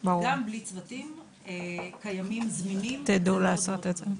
גם בלי צוותים קיימים זמינים --- תדעו לעשות את זה?